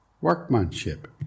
workmanship